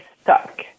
stuck